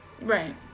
Right